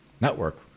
network